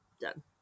done